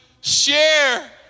share